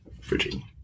virginia